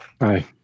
Hi